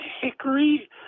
hickory